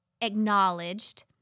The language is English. acknowledged